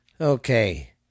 Okay